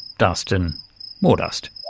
dust and more dust?